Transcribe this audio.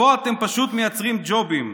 "פה אתם פשוט מייצרים ג'ובים.